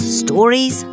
stories